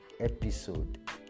episode